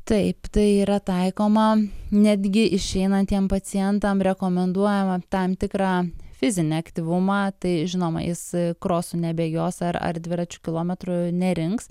taip tai yra taikoma netgi išeinantiem pacientam rekomenduojama tam tikrą fizinį aktyvumą tai žinoma jis krosų nebėgios ar ar dviračiu kilometrų nerinks